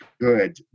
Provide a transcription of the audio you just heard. good